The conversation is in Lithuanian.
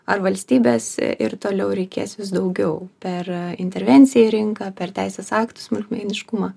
ar valstybes ir toliau reikės vis daugiau per intervenciją į rinką per teisės aktų smulkmeniškumą